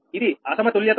ఇది అసమతుల్యత అయింది